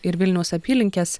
ir vilniaus apylinkės